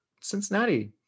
Cincinnati